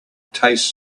taste